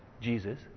Jesus